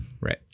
Right